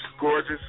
gorgeous